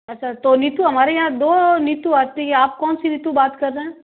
अच्छा तो नीतू हमारे यहाँ दो नीतू आती है आप कौन सी नीतू बात कर रहे हैं